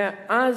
ואז,